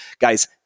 Guys